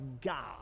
God